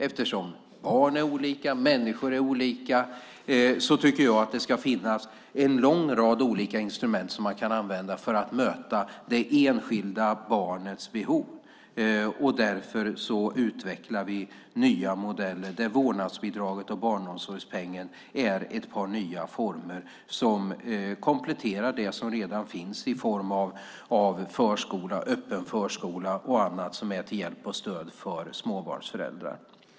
Eftersom barn är olika och vuxna människor är olika tycker jag att det ska finnas en lång rad instrument som man kan använda för att möta det enskilda barnets behov. Därför utvecklar vi nya modeller där vårdnadsbidraget och barnomsorgspengen är ett par nya former som kompletterar det som redan finns i form av förskola, öppen förskola och annat som är till hjälp och stöd för småbarnsföräldrar.